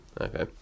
Okay